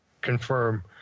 confirm